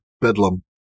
Bedlam